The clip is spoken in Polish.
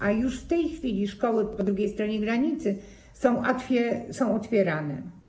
A już w tej chwili szkoły po drugiej stronie granicy są otwierane.